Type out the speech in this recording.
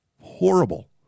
horrible